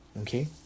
okay